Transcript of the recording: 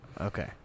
Okay